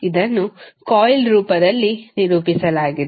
ಇದನ್ನು ಕಾಯಿಲ್ ರೂಪದಲ್ಲಿ ನಿರೂಪಿಸಲಾಗಿದೆ